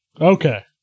Okay